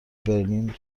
برلین